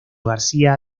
garcía